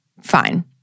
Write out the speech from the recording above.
Fine